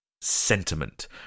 sentiment